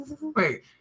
Wait